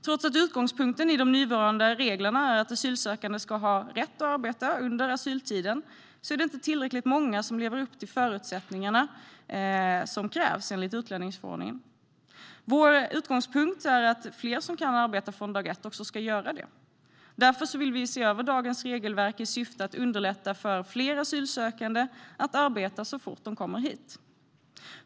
Trots att utgångspunkten i de nuvarande reglerna är att asylsökande ska ha rätt att arbeta under asyltiden är det inte tillräckligt många som lever upp till det som krävs enligt utlänningsförordningen. Vår utgångspunkt är att fler som kan arbeta från dag ett också ska göra det. Därför vill vi se över dagens regelverk i syfte att underlätta för fler asylsökande att arbeta så fort de kommer hit.